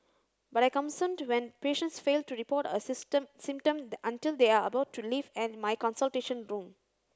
but I concerned when patients fail to report a system symptom until they are about to leave and my consultation room